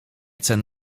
cen